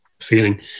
feeling